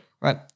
right